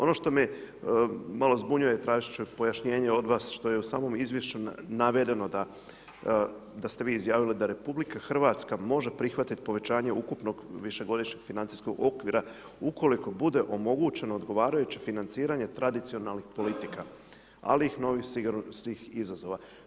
Ono što me malo zbunjuje, tražiti ću pojašnjenje od vas što je u samom izvješću navedeno da ste vi izjavili da RH može prihvatiti povećanje ukupnog višegodišnjeg financijskog okvira ukoliko bude omogućeno odgovarajuće financiranje tradicionalnih politika ali i novih sigurnosnih izazova.